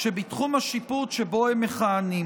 שבתחום השיפוט שבו הם מכהנים.